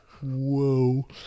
Whoa